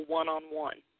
one-on-one